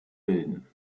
bilden